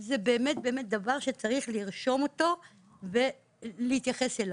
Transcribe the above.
זה באמת דבר שצריך לרשום אותו ולהתייחס אליו.